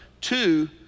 Two